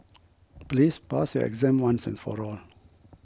please pass your exam once and for all